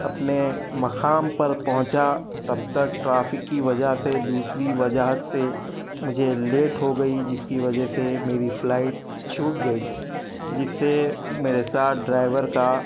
اپنے مقام پر پہنچا تب تک ٹرافک کی وجہ سے دوسری وجاہت سے مجھے لیٹ ہوگئی جس کی وجہ سے میری فلائٹ چھوٹ گئی جس سے میرے ساتھ ڈرائیور کا